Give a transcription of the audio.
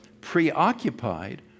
preoccupied